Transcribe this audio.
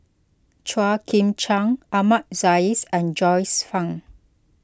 Chua Chim Kang Ahmad Jais and Joyce Fan